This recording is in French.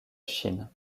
chine